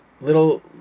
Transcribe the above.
little